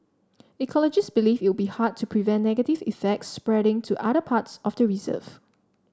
ecologists believe it would be hard to prevent negative effects spreading to other parts of the reserve